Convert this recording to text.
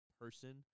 person